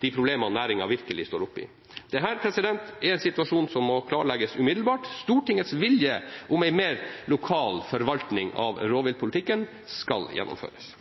de problemene næringen virkelig står oppe i. Dette er en situasjon som må klarlegges umiddelbart. Stortingets vilje om en mer lokal forvaltning av rovviltpolitikken skal gjennomføres.